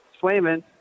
Swayman